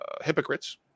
hypocrites